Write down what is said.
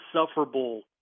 insufferable